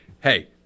hey